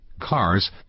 cars